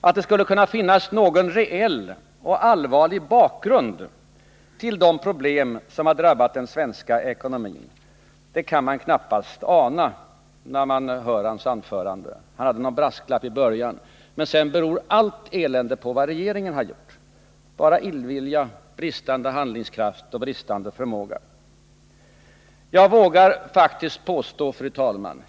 Att det skulle kunna finnas någon reell och allvarlig bakgrund till de problem som har drabbat den svenska ekonomin kan man knappast ana när man hör herr Palmes anförande. Han lämnade någon brasklapp i början, men sedan berodde allt elände på vad regeringen har gjort och inte gjort. Det skulle uteslutande vara karakteriserat av illvilja, bristande handlingskraft och bristande förmåga.